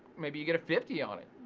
maybe you get a fifty on it,